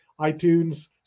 itunes